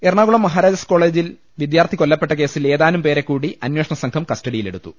എറണാകുളം മഹാരാജാസ് കോളേജിൽ വിദ്യാർത്ഥി കൊല്ല പ്പെട്ട കേസിൽ ഏതാനും പേരെ കൂടി അന്വേഷണ സംഘം കസ്റ്റഡിയിലെടുത്തു